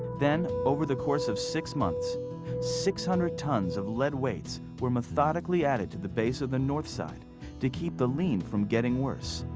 then, over the course of six months six hundred tons of lead weights were methodically added to the base of the north side to keep the lean from getting worse.